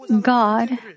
God